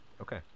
Okay